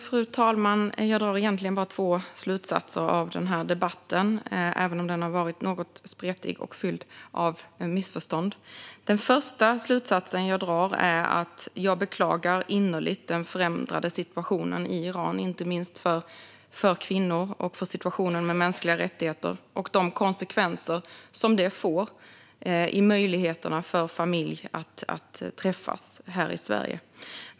Fru talman! Jag drar egentligen bara två slutsatser av debatten, även om den har varit något spretig och full av missförstånd. Den första slutsats jag drar är att jag innerligt beklagar den förändrade situationen i Iran, inte minst för kvinnor och för mänskliga rättigheter, och de konsekvenser detta får för möjligheterna för familjer att träffas här i Sverige.